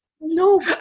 No